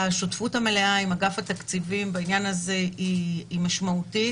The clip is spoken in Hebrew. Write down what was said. השותפות המלאה עם אגף התקציבים בעניין הזה היא משמעותית,